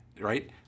right